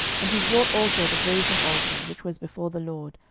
and he brought also the brasen altar, which was before the lord,